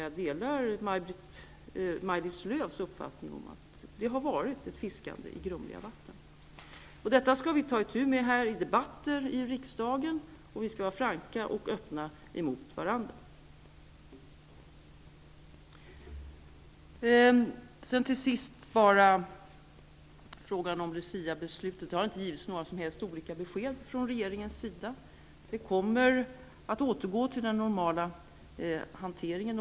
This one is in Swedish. Jag delar Maj Lis Lööws uppfattning att det har varit ett fiskande i grumliga vatten. Detta skall vi ta itu med i debatter här i riksdagen, och vi skall vara franka och öppna emot varandra. När det till sist gäller frågan om Luciabeslutet har det inte givits några som helst olika besked från regeringen. Det kommer att återgå till den normala hanteringen.